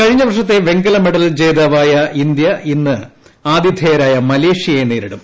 കഴിഞ്ഞ വർഷത്തെ വെങ്കലമെഡൽ ജേതാവായ ഇന്ത്യ ഇന്ന് ആതിഥേയരായ മലേഷ്യയെ നേരിടും